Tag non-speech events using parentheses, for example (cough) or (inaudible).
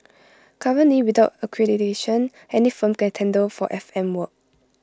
(noise) currently without accreditation any firm can tender for F M work